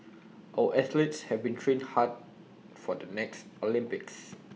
our athletes have been trained hard for the next Olympics